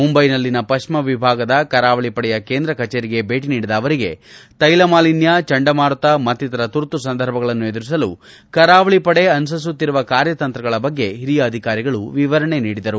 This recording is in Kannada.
ಮುಂಬೈನಲ್ಲಿನ ಪಶ್ಚಿಮ ವಿಭಾಗದ ಕರಾವಳಿ ಪಡೆಯ ಕೇಂದ್ರ ಕಚೇರಿಗೆ ಭೇಟಿ ನೀಡಿದ ಅವರಿಗೆ ತೈಲ ಮಾಲಿನ್ಯ ಚಂಡಮಾರುತ ಮತ್ತಿತರ ತುರ್ತು ಸಂದರ್ಭಗಳನ್ನು ಎದುರಿಸಲು ಕರಾವಳಿ ಪಡೆ ಅನುಸರಿಸುತ್ತಿರುವ ಕಾರ್ಯತಂತ್ರಗಳ ಬಗ್ಗೆ ಹಿರಿಯ ಅಧಿಕಾರಿಗಳು ವಿವರಣೆ ನೀಡಿದರು